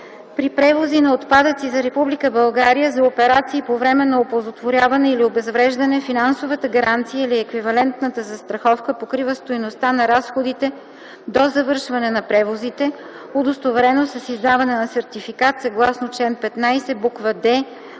При превози на отпадъци за Република България за операции по временно оползотворяване или обезвреждане финансовата гаранция или еквивалентната застраховка покрива стойността на разходите до завършване на превозите, удостоверено с издаване на сертификат съгласно чл. 15, буква